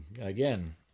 again